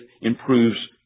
improves